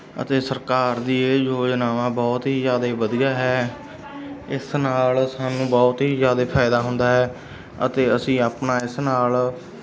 ਅਤੇ ਸਰਕਾਰ ਦੀ ਇਹ ਯੋਜਨਾਵਾਂ ਬਹੁਤ ਹੀ ਜ਼ਿਆਦਾ ਵਧੀਆ ਹੈ ਇਸ ਨਾਲ ਸਾਨੂੰ ਬਹੁਤ ਹੀ ਜ਼ਿਆਦਾ ਫਾਇਦਾ ਹੁੰਦਾ ਹੈ ਅਤੇ ਅਸੀਂ ਆਪਣਾ ਇਸ ਨਾਲ